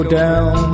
down